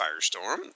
Firestorm